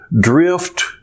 drift